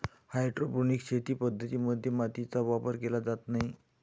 hydroponic शेती पद्धतीं मध्ये मातीचा वापर केला जात नाही